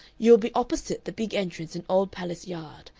you will be opposite the big entrance in old palace yard.